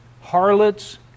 harlots